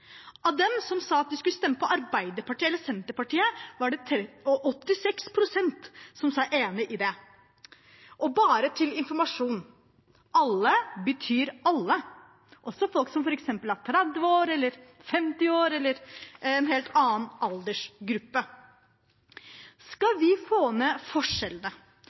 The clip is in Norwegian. Av dem som sa at de skulle stemme på Arbeiderpartiet eller Senterpartiet, var det 86 pst. som sa seg enig i det. Og bare til informasjon: Alle betyr alle, også folk som er 30 år eller 50 år eller i en helt annen aldersgruppe. Skal vi få ned forskjellene